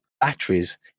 batteries